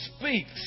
speaks